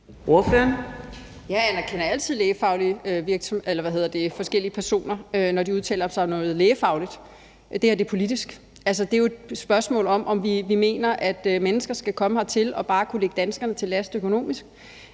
forskellige lægefaglige personer, når de udtaler sig om noget lægefagligt. Det her er politisk. Altså, det er jo et spørgsmål om, om vi mener, at mennesker skal komme hertil og bare kunne ligge danskerne til last økonomisk.